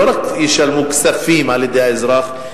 לא רק ישולמו כספים על-ידי האזרח,